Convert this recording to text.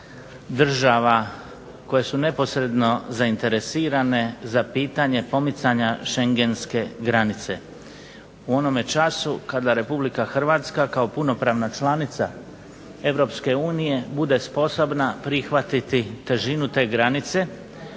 država koje su neposredno zainteresirane za pitanje pomicanja Šengenske granice, u onome času kada Republika Hrvatska, kao punopravna članica Europske unije bude sposobna prihvatiti težinu te granice,